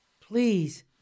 please